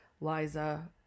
liza